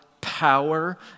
power